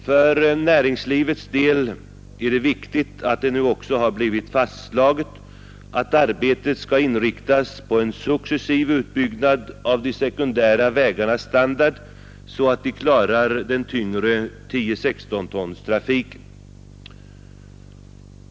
För näringslivets del är det viktigt att det nu också har blivit fastslaget, att arbetet skall inriktas på en successiv utbyggnad av de sekundära vägarnas standard så att de klarar den tyngre 10/16-tonstrafiken.